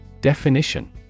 Definition